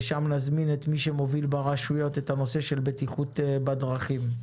ולשם נזמין את מי שמוביל ברשויות את נושא בטיחות בדרכים.